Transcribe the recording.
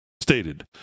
stated